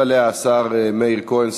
ישיב עליה השר מאיר כהן,